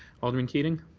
alderman keating.